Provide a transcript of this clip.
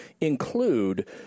include